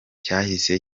cyahise